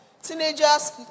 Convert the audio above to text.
teenagers